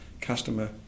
customer